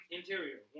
Interior